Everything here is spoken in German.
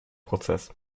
prozess